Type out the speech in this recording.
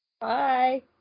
Bye